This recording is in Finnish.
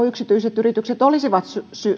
yksityiset yritykset olisivat